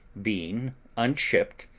being unshipped,